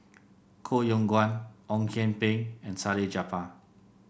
Koh Yong Guan Ong Kian Peng and Salleh Japar